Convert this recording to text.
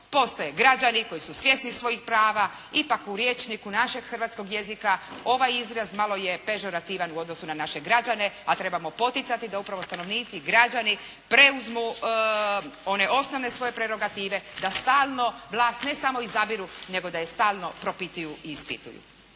postoje građani koji su svjesni svojih prava, ipak u rječniku našeg hrvatskog jezika ovaj izraz malo je …/Govornik se ne razumije./… u odnosu na naše građane, a trebamo poticati da upravo stanovnici, građani preuzmu one osnovne svoje prerogative da stalno vlast ne samo izabiru nego da je stalno propituju i ispituju.